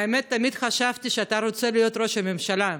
האמת, תמיד חשבתי שאתה רוצה להיות ראש הממשלה,